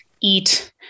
eat